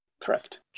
correct